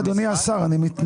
סליחה, אדוני השר, אני מתנצל.